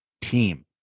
team